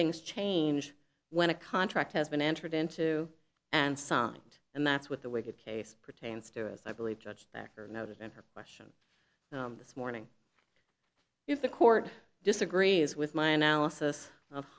things change when a contract has been entered into and signed and that's what the wicked case pertains to as i believe judge backor noted in her question this morning if the court disagrees with my analysis of